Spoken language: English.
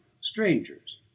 strangers